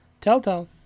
Telltale